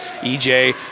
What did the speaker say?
EJ